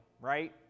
right